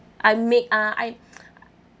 I make uh I